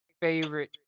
favorite